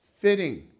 fitting